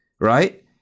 right